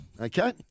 Okay